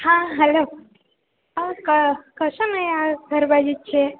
હાં હલો કશું નઇ આ ઘર બાજુ જ છીએ